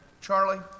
Charlie